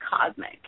cosmic